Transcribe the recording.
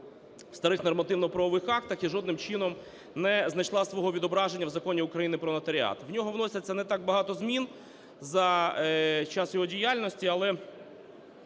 в старих нормативно-правових актах і жодним чином не знайшла свого відображення в Законі України "Про нотаріат". В нього вноситься не так багато змін за час його діяльності, але